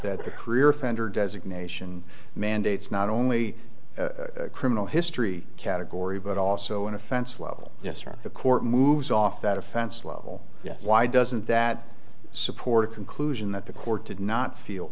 that the career offender designation mandates not only criminal history category but also an offense level yes or the court moves off that offense level yes why doesn't that support a conclusion that the court did not feel